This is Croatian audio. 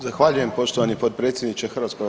Zahvaljujem poštovani potpredsjedniče HS.